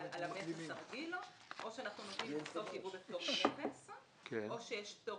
המכס הרגיל או שאנחנו נותנים יבוא או שיש פטור